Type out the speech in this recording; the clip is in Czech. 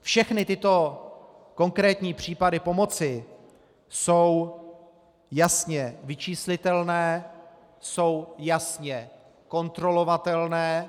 Všechny tyto konkrétní případy pomoci jsou jasně vyčíslitelné, jsou jasně kontrolovatelné.